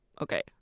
okay